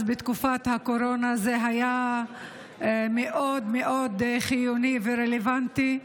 אז, בתקופת הקורונה, זה היה מאוד חיוני ורלוונטי.